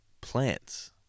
Plants